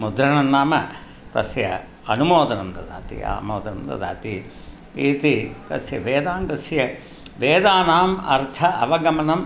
मुद्रणं नाम तस्य अनुमोदनं ददाति आमोदनं ददाति इति तस्य वेदाङ्गस्य वेदानाम् अर्थ अवगमनम्